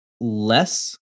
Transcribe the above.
less